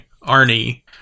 Arnie